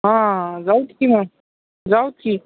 हां जाऊच की मग जाऊ की